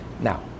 now